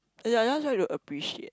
yeah I just try to appreciate